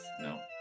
No